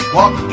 Walk